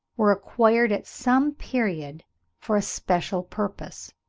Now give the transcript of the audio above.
were acquired at some period for a special purpose.